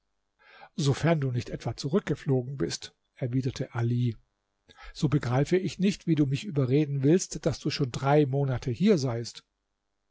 sofern du nicht etwa zurückgeflogen bist erwiderte ali so begreife ich nicht wie du mich überreden willst daß du schon drei monate hier seiest